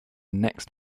next